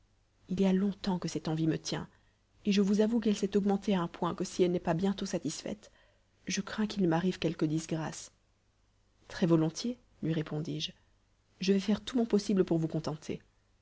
il y a longtemps que cette envie me tient et je vous avoue qu'elle s'est augmentée à un point que si elle n'est pas bientôt satisfaite je crains qu'il ne m'arrive quelque disgrâce très-volontiers lui répondis-je je vais faire tout mon possible pour vous contenter